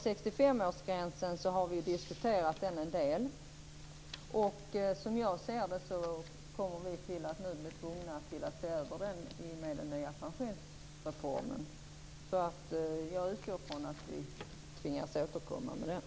65-årsgränsen har vi diskuterat en del. Som jag ser det kommer vi nu att bli tvungna att se över den i och med den nya pensionsreformen. Jag utgår från att vi tvingas återkomma i den frågan.